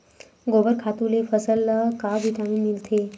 गोबर खातु ले फसल ल का विटामिन मिलथे का?